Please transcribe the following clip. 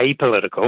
apolitical